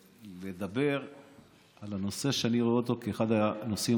לדבר על נושא שאני רואה אותו כאחד הנושאים